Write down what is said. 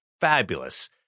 fabulous